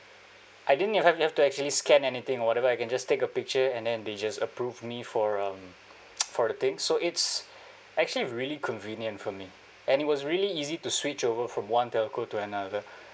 I didn't even have to actually scan anything or whatever I can just take a picture and then they just approved me for um for the thing so it's actually really convenient for me and it was really easy to switch over from one telco to another